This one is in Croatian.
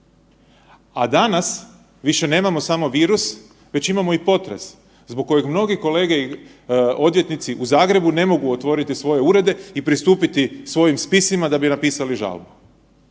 A danas više nemamo samo virus već imamo i potres zbog kojeg mnogi kolege odvjetnici u Zagrebu ne mogu otvoriti svoje urede i pristupiti svojim spisima da bi napisali žalbu.